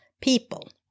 people